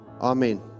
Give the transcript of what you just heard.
Amen